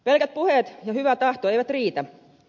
pelkät puheet ja hyvä tahto eivät riitä